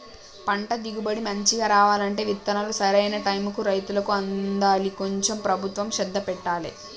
పంట దిగుబడి మంచిగా రావాలంటే విత్తనాలు సరైన టైముకు రైతులకు అందాలి కొంచెం ప్రభుత్వం శ్రద్ధ పెట్టాలె